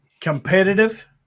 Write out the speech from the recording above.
competitive